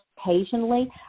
occasionally